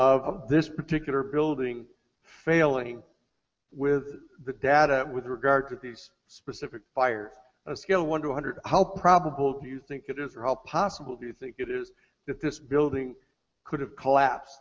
of this particular building failing with the data with regard to the specific fire a scale one hundred how probable do you think it is or how possible do you think it is that this building could have collapsed